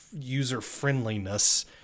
user-friendliness